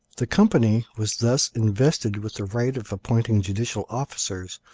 the company was thus invested with the right of appointing judicial officers,